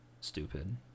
stupid